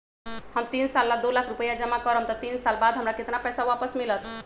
हम तीन साल ला दो लाख रूपैया जमा करम त तीन साल बाद हमरा केतना पैसा वापस मिलत?